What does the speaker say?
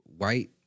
White